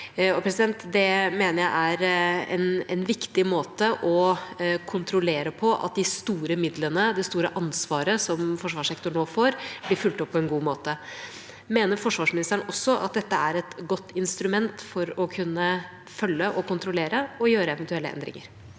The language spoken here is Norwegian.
jeg er en viktig måte å kontrollere på at de store midlene, det store ansvaret som forsvarssektoren nå får, blir fulgt opp på en god måte. Mener forsvarsministeren også at dette er et godt instrument for å kunne følge, kontrollere og gjøre eventuelle endringer?